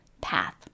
path